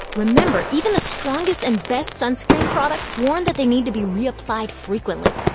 remember, even the strongest and best sunscreen products warn that they need to be reapplied frequently.